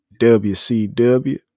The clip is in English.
WCW